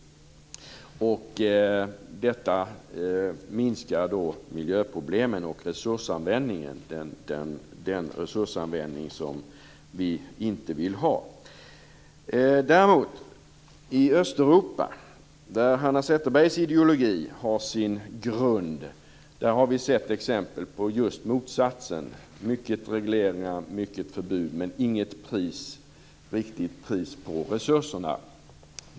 Detta minskar då miljöproblemen och den resursanvändning som vi inte vill ha. I Östeuropa däremot, där Hanna Zetterbergs ideologi har sin grund, har vi sett exempel på motsatsen: många regleringar och förbud men inget riktigt pris på resurserna.